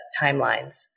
timelines